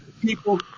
people